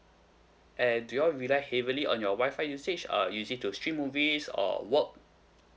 and do you all rely heavily on your Wi-Fi usage uh use it to stream movies or work